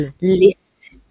list